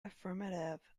affirmative